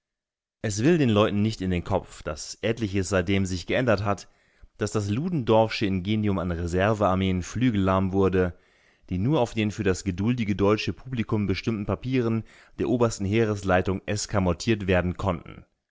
es will den leuten nicht in den kopf daß etliches seitdem sich geändert hat daß das ludendorffsche ingenium an reservearmeen flügellahm wurde die nur auf den für das geduldige deutsche publikum bestimmten papieren der o h l eskamotiert werden konnten